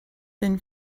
been